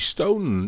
Stone